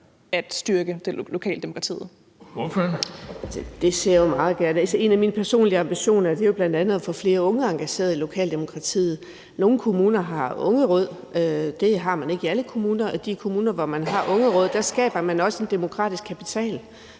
Birgitte Vind (S): Det ser jeg meget gerne. En af mine personlige ambitioner er jo bl.a. at få flere unge engageret i lokaldemokratiet. Nogle kommuner har ungeråd. Det har man ikke i alle kommuner. I de kommuner, hvor man har ungeråd, skaber man også en demokratisk kapital.